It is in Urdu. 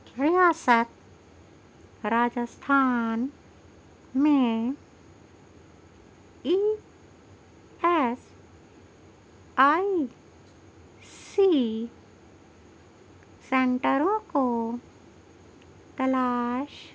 ریاست راجستھان میں ای ایس آئی سی سنٹروں کو تلاش